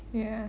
ya